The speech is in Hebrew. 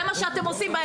זה מה שאתם עושים.